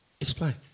Explain